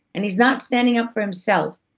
and he's not standing up for himself,